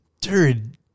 Dude